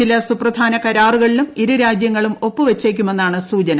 ചില സുപ്രധാന കരാറുകളിലും ഇരുരാജ്യങ്ങളും ഒപ്പുവയ്ച്ചേക്കുമെ ന്നാണ് സൂചന